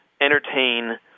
entertain